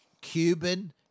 Cuban